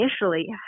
Initially